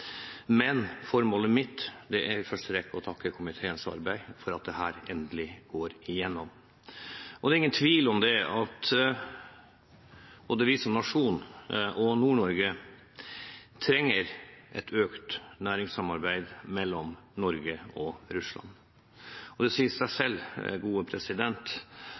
Formålet mitt er i første rekke å takke komiteen for arbeidet og for at dette endelig går igjennom. Det er ingen tvil om at både vi som nasjon og Nord-Norge trenger et økt næringssamarbeid mellom Norge og Russland. Det sier seg selv